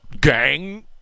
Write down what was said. gang